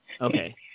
okay